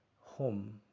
home